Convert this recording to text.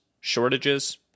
shortages